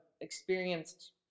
experienced